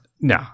No